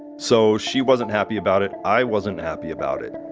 so she wasn't happy about it i wasn't happy about it,